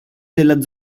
della